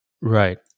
Right